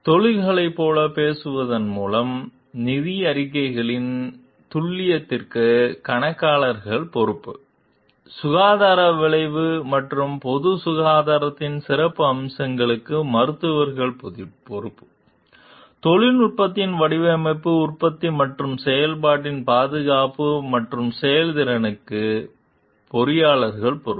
தொழில்களைப் போல பேசுவதன் மூலம் நிதி அறிக்கைகளின் துல்லியத்திற்கு கணக்காளர்கள் பொறுப்பு சுகாதார விளைவு மற்றும் பொது சுகாதாரத்தின் சில அம்சங்களுக்கு மருத்துவர்கள் பொறுப்பு தொழில்நுட்பத்தின் வடிவமைப்பு உற்பத்தி மற்றும் செயல்பாட்டில் பாதுகாப்பு மற்றும் செயல்திறனுக்கு பொறியாளர்கள் பொறுப்பு